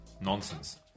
Nonsense